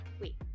wait